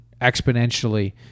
exponentially